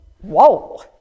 whoa